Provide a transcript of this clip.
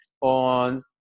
on